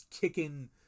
kicking